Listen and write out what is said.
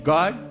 God